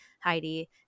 Heidi